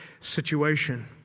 situation